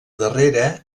darrera